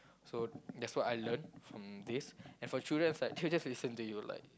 so that's what I learn from this as for children is like they will just listen to you like